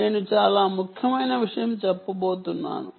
నేను చాలా ముఖ్యమైన విషయం చెప్పబోతున్నాను